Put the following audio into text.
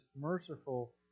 merciful